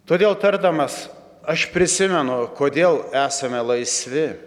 todėl tardamas aš prisimenu kodėl esame laisvi